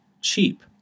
cheap